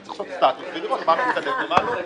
נצטרך לעשות סטטוס ולראות מה מתקדם ומה לא.